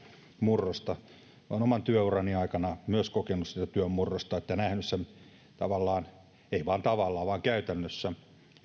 murrosta olen myös oman työurani aikana kokenut sitä työn murrosta ja tavallaan nähnyt sen ei vain tavallaan vaan käytännössä